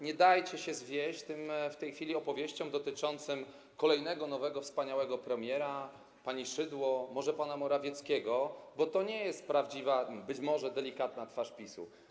Nie dajcie się zwieść w tej chwili tym opowieściom dotyczącym kolejnego nowego wspaniałego premiera, pani Szydło, może pana Morawieckiego, bo to nie jest prawdziwa, być może delikatna twarz PiS-u.